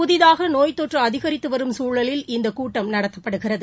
புதிதாகநோய் தொற்றுஅதிகித்துவரும் சூழலில் இந்தகூட்டம் நடத்தப்படுகிறது